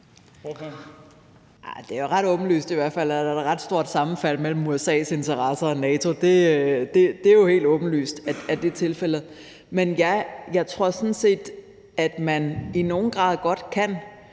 Det er i hvert fald åbenlyst, at der er et ret stort sammenfald mellem USA's interesser og NATO. Det er jo helt åbenlyst, at det er tilfældet. Men jo, jeg tror sådan set, at man i nogen grad godt kan